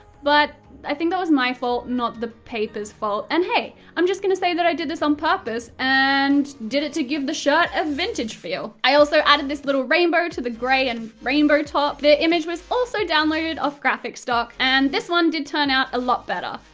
but i think that was my fault, not the paper's fault, and hey i'm just going to say i did this on purpose and did it to give the shirt a vintage feel. i also added this little rainbow to the grey and rainbow top the image was also downloaded off graphic stock and this one did turn out a lot better.